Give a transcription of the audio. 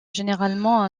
généralement